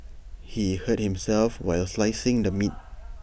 he hurt himself while slicing the meat